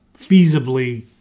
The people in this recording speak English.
Feasibly